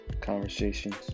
conversations